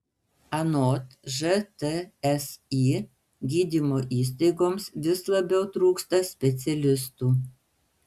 anot žtsi gydymo įstaigoms vis labiau trūksta specialistų